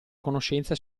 conoscenze